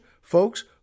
folks